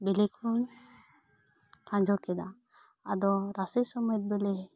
ᱵᱤᱞᱤ ᱠᱩᱧ ᱠᱷᱟᱧᱡᱚ ᱠᱮᱫᱟ ᱟᱫᱚ ᱨᱟᱥᱮ ᱥᱚᱢᱮᱛ ᱵᱮᱞᱮ